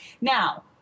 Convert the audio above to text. Now